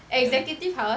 ya